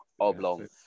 Oblong